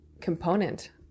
component